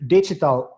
Digital